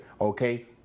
Okay